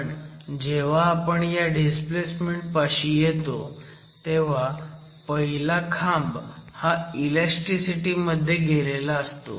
पण जेव्हा आपण ह्या डिस्प्लेसमेन्ट पाशी येतो तेव्हा पहिला खांब हा ईलॅस्टीसिटी मध्ये गेलेला असतो